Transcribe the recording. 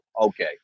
Okay